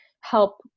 help